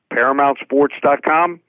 ParamountSports.com